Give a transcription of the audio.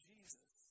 Jesus